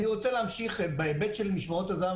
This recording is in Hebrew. אני רוצה להמשיך בהיבט של משמרות הזה"ב,